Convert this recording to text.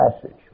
passage